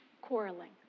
quarreling